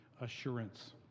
assurance